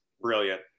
brilliant